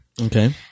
Okay